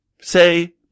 say